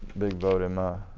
big vote in my